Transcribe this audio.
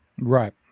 Right